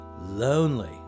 lonely